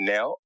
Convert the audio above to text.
Now